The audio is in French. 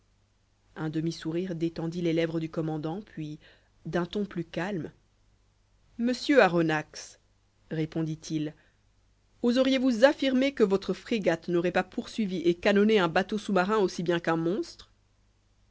un demi-sourire détendit les lèvres du commandant puis d'un ton plus calme monsieur aronnax répondit-il oseriez-vous affirmer que votre frégate n'aurait pas poursuivi et canonné un bateau sous-marin aussi bien qu'un monstre